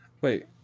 Wait